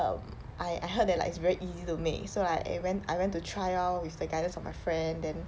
um I I heard that like it's very easy to make so like I I went to try lor with the guidance of my friend then